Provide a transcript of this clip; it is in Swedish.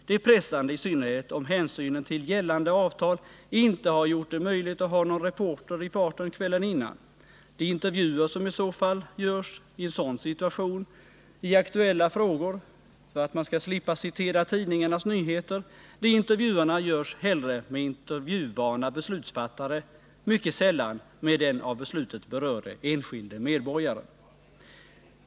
Det är pressande i synnerhet om hänsynen till gällande avtal inte har gjort det möjligt att ha någon reporter i farten kvällen innan. De intervjuer som i en sådan situation görs i aktuella frågor — för att man skall slippa citera tidningarnas nyheter — görs hellre med intervjuvana beslutsfattare, mycket sällan med den av beslutet berörde enskilde medborgaren.